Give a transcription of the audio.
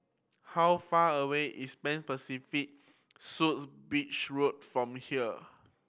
how far away is Pan Pacific Suites Beach Road from here